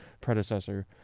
predecessor